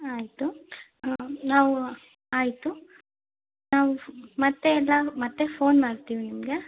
ಆಯಿತು ಹಾಂ ನಾವು ಆಯಿತು ನಾವು ಮತ್ತೆ ನಾವು ಮತ್ತೆ ಫೋನ್ ಮಾಡ್ತೀವಿ ನಿಮಗೆ